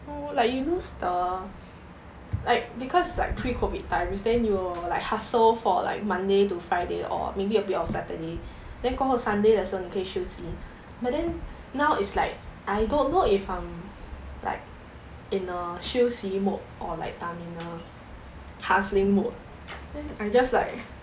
like you knows the like because like pre COVID times then you will like hustle for like monday to friday or maybe a bit on saturday then 过后 sunday 的時候你可以休息 but then now is like I don't know if I'm like in a 休息 mode or like I'm in a hustling mode I just like